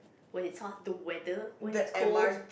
when it's hot the weather when it's cold